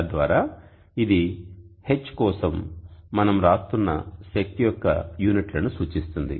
తద్వారా ఇది H కోసం మనం వ్రాస్తున్న శక్తి యొక్క యూనిట్లను సూచిస్తుంది